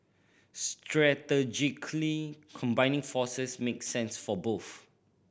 strategically combining forces makes sense for both